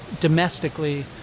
domestically